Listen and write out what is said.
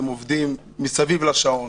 אתם עובדים מסביב לשעון,